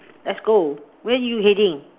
let's go where you heading